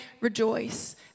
rejoice